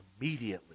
immediately